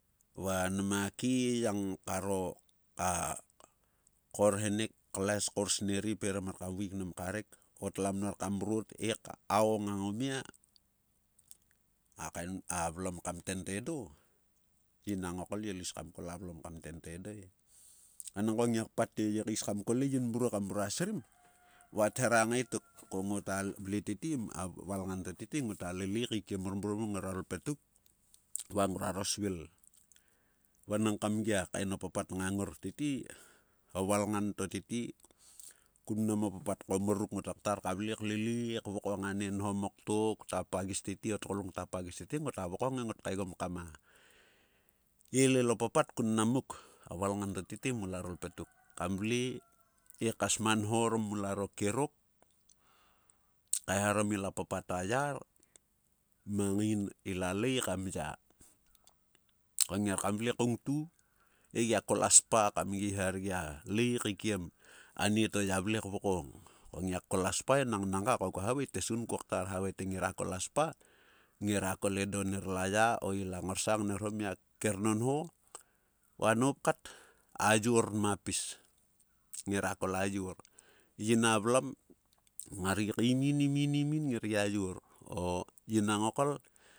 Va nma keyang karo, ka kaorhenek, kles, kaor snerip eriemar kam oi vaek mnam ka krek, o tlua mnor kam mrot hek ay ngang o mia, a kain, a vlom ka mten to edo, yin a ngokol ye io is kam, kol a vlom ka mten to edo e. Enanko ngiak pa te ye kais kam kol he yim mruo kam mrua srim, va thera ngae tok, ko ngota vle tete, a valngan to tete ngota lilei kaikiem mor mruo mo ngora ro lpetuk ngruaro svil. Vanang kam gia kaen o papat ngang ngor tete, a valngan to tete, kun mnam o papat ko mor ruk ngota ktar ka vle, kililei kvokong ane nhomtok to ta pagis tete, o tgoluk ngta pagis tete ngoa vokong he ngot kaegom kama, elel o papat kun mnam muk a volngan to tete mularo lpetuk. Kam vle he ka sma nho orom mularo kerok, kaehaorom ila papat ayar mang yii ila lei kam ya, va ngior kam vle koungtu, he gia kol a spa kam gi her gia lei kaikiem anieto ya vle kvokong, ko ngiak kol a spa enang nanga ko kua havae tesgun kokta havae te ngera kol a spa ngera kol edo ner la ya, o ila ngorsang ner ho mia kernonho va noup kat, a yor nma pis. ngera kol a yor yin a vlom, ngar gi kaim in imin imin nger gia yor. O yin a ngokol. Ipai